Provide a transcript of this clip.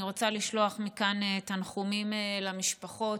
אני רוצה לשלוח מכאן תנחומים למשפחות.